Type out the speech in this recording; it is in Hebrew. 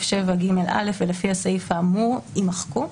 7ג(א)" ו"לפי הסעיף האמור" יימחקו.